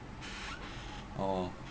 oh